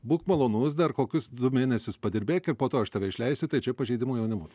būk malonus dar kokius du mėnesius padirbėk ir po to aš tave išleisiu tai čia pažeidimo jau nebus